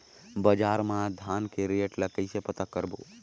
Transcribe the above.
बजार मा धान के रेट ला कइसे पता करबो?